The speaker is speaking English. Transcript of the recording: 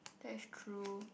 that's true